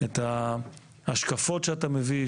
לשמוע את ההשקפות שאתה מביא,